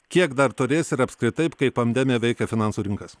kiek dar turės ir apskritai kaip pandemija veikia finansų rinkas